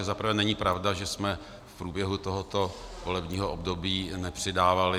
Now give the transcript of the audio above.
Za prvé není pravda, že jsme v průběhu tohoto volebního období nepřidávali.